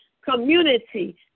community